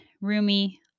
roomy